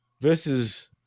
versus